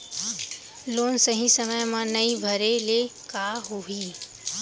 Loan सही समय मा नई भरे ले का होही?